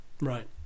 Right